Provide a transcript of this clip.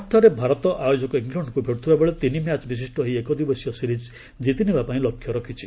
cricket ଆକି ଲର୍ଡସ୍ଠାରେ ଭାରତ ଆୟୋଜକ ଇଂଲଣ୍ଡକୁ ଭେଟୁଥିବାବେଳେ ତିନି ମ୍ୟାଚ୍ ବିଶିଷ୍ଟ ଏହି ଏକ ଦିବସୀୟ ସିରିଜ୍ ଜିତିନେବା ପାଇଁ ଲକ୍ଷ୍ୟ ରଖିଛି